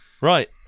Right